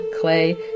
Clay